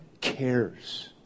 cares